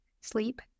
sleep